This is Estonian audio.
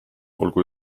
olgu